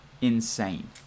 insane